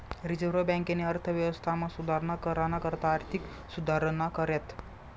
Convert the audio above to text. reserve बँकेनी अर्थव्यवस्थामा सुधारणा कराना करता आर्थिक सुधारणा कऱ्यात